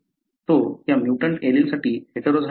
तो त्या म्युटंट एलीलसाठी हेटेरोझायगस आहे